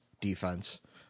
defense